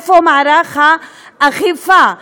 איפה מערך האכיפה?